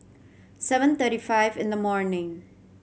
seven thirty five in the morning